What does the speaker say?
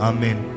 Amen